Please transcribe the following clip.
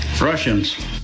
Russians